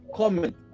comment